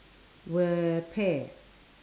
were paid